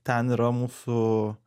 ten yra mūsų